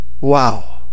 Wow